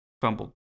fumbled